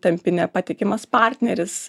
tampi nepatikimas partneris